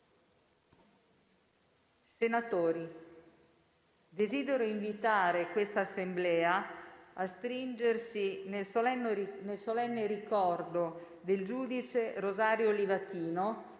Senatori, desidero invitare quest'Assemblea a stringersi nel solenne ricordo del giudice Rosario Livatino